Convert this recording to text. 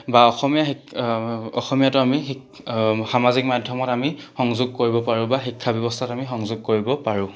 বা অসমীয়া অসমীয়াটো আমি শি সামাজিক মাধ্যমত আমি সংযোগ কৰিব পাৰো বা শিক্ষা ব্যৱস্থাত আমি সংযোগ কৰিব পাৰো